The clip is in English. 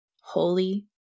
Holy